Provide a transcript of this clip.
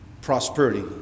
prosperity